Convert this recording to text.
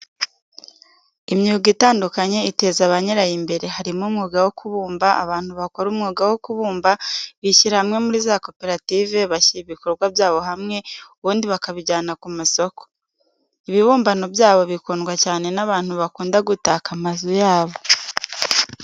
Imyuga itandukanye iteza banyirayo imbere, harimo umwuga wo kubumba, abantu bakora umwuga wo kubumba bishyira hamwe muri za koperative, bashyira ibikorwa byabo hamwe ubundi bakabijyana ku ma soko. Ibibumbano byabo bikundwa cyane n'abantu bakunda gutaka amazu yabo.